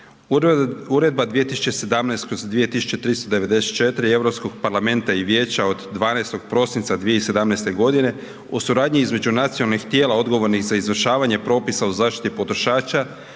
Uredbe (EU) 2017/2394 Europskog parlamenta i Vijeća od 12. prosinca 2017. o suradnji između nacionalnih tijela odgovornih za izvršavanje propisa o zaštiti potrošača